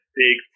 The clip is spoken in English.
big